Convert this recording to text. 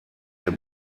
der